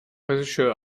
regisseur